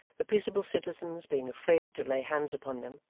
the peaceable citizens being afraid to lay hands upon them,